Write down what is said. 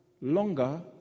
longer